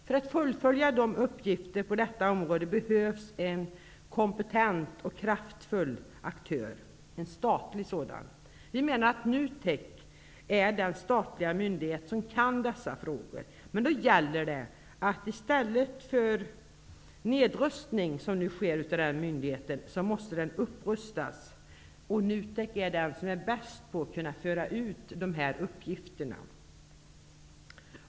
För att fullfölja uppgifterna på detta området behövs en kompetent och kraftfull aktör -- en statlig sådan. Vi menar att NUTEK är den statliga myndighet som kan dessa frågor. Men då gäller det att upprusta i stället för att nedrusta denna myndighet. NUTEK är den myndighet som bäst kan föra ut dessa uppgifter.